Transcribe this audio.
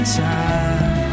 time